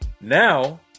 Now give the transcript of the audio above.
now